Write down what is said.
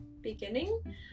beginning